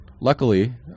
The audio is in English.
luckily